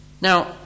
Now